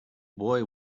boy